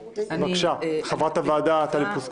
התש"ף-2020 בקשת יושבת-ראש הוועדה המיוחדת לעניין נגיף